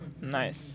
Nice